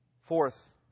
Fourth